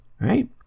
right